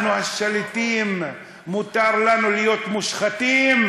אנחנו השליטים, מותר לנו להיות מושחתים,